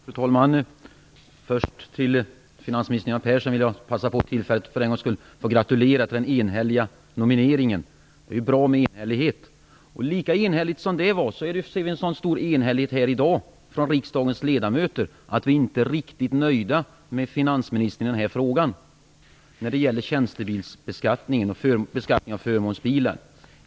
Fru talman! Först vill jag passa på tillfället att för en gångs skull gratulera finansminister Göran Persson till den enhälliga nomineringen. Det är bra med enhällighet. Det är också stor enhällighet här i dag bland riksdagens ledamöter om att vi inte är riktigt nöjda med finansministern när det gäller tjänstebilsbeskattningen, beskattningen av förmånsbilar.